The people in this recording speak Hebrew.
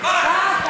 ברכה.